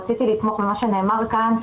רציתי לתמוך במה שנאמר כאן.